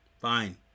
fine